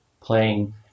playing